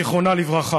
זיכרונה לברכה.